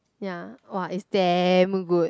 ya !wah! it's damn good